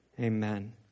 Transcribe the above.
Amen